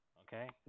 okay